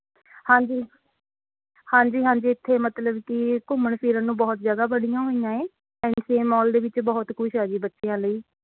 ਹਾਂਜੀ ਹਾਂਜੀ ਹਾਂਜੀ ਇੱਥੇ ਮਤਲਬ ਕੀ ਘੁੰਮਣ ਫਿਰਨ ਨੂੰ ਬਹੁਤ ਜਗ੍ਹਾਂ ਬਣੀਆ ਹੋਈਆ ਹੈ ਐਨ ਸੀ ਐਮ ਮੋਲ ਵਿੱਚ ਬਹੁਤ ਕੁਛ ਹੈ ਜੀ ਬੱਚਿਆਂ ਲਈ